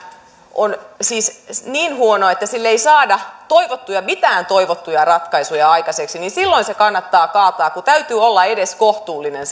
on siis niin huono että sillä ei saada mitään toivottuja ratkaisuja aikaiseksi niin silloin se kannattaa kaataa kun sen suunnitelman täytyy olla edes kohtuullinen